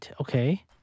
Okay